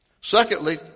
Secondly